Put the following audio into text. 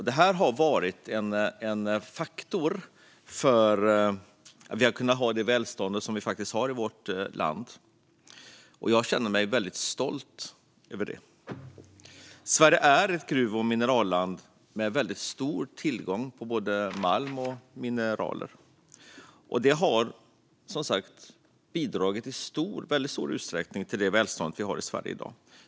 Detta är en bidragande faktor till vårt välstånd, och jag känner mig stolt över det. Sverige är ett gruv och mineralland med stor tillgång på både malm och mineral, vilket som sagt i stor utsträckning har bidragit till dagens välstånd.